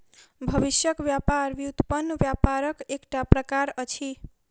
भविष्यक व्यापार व्युत्पन्न व्यापारक एकटा प्रकार अछि